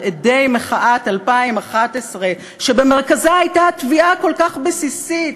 על אדי מחאת 2011 שבמרכזה הייתה תביעה כל כך בסיסית,